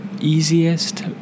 easiest